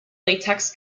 latex